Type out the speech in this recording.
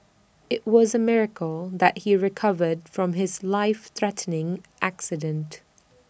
IT was A miracle that he recovered from his life threatening accident